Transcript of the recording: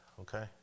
Okay